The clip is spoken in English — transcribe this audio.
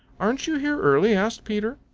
aren't you here early? asked peter.